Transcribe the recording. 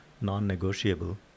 non-negotiable